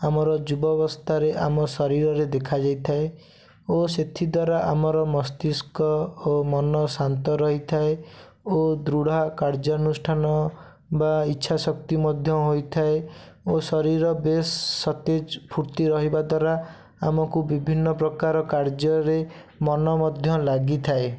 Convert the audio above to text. ଆମର ଯୁବ ଅବସ୍ଥାରେ ଆମ ଶରୀରରେ ଦେଖାଯାଇଥାଏ ଓ ସେଥି ଦ୍ୱାରା ଆମର ମସ୍ତିଷ୍କ ଓ ମନ ଶାନ୍ତ ରହିଥାଏ ଓ ଦୃଢ଼ କାର୍ଯ୍ୟାନୁଷ୍ଠାନ ବା ଇଚ୍ଛା ଶକ୍ତି ମଧ୍ୟ ହୋଇଥାଏ ଓ ଶରୀର ବେଶ ସତେଜ ଫୁର୍ତ୍ତି ରହିବା ଦ୍ୱାରା ଆମକୁ ବିଭିନ୍ନ ପ୍ରକାର କାର୍ଯ୍ୟରେ ମନ ମଧ୍ୟ ଲାଗିଥାଏ